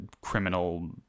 criminal